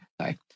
Sorry